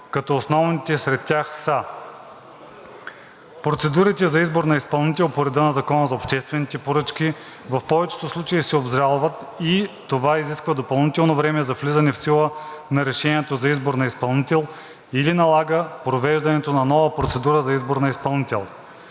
като основните сред тях са: - процедурите за избор на изпълнител по реда на Закона за обществените поръчки в повечето случаи се обжалват и това изисква допълнително време за влизане в сила на решението за избор на изпълнител или налага провеждането на нова процедура за избор на изпълнител;